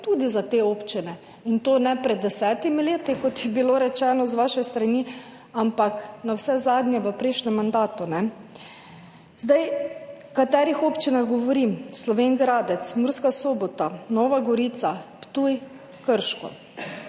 tudi za te občine in to ne pred 10 leti, kot je bilo rečeno z vaše strani, ampak navsezadnje v prejšnjem mandatu. O katerih občinah govorim? Slovenj Gradec, Murska Sobota, Nova Gorica, Ptuj, Krško,